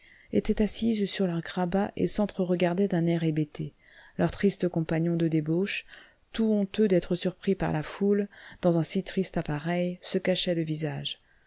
étaient assises sur leur grabat et sentre regardaient d'un air hébété leurs tristes compagnons de débauche tout honteux d'être surpris par la foule dans un si triste appareil se cachaient le visage